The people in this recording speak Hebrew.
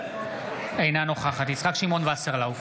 אינה נוכחת יצחק שמעון וסרלאוף,